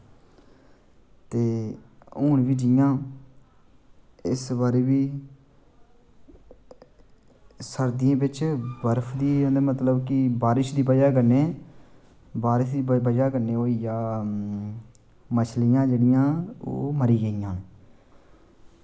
ते हून बी जि'यां इस बारी बी सरदियें च मतलब बारिश दी बजह कन्नै बारिश दी बजह कन्नै ओह् होइया मच्छलियां जेह्ड़ियां ओह् मरी गेइयां